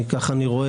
כך אני חושב,